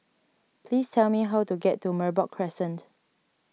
please tell me how to get to Merbok Crescent